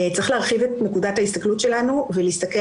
צריך להרחיב את נקודת ההסתכלות שלנו ולהסתכל